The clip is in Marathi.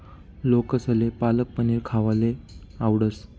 लोकेसले पालक पनीर खावाले आवडस